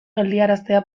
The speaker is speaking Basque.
geldiaraztea